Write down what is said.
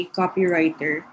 copywriter